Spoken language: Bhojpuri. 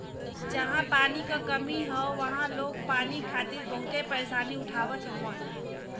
जहां पानी क कमी हौ वहां लोग पानी खातिर बहुते परेशानी उठावत हउवन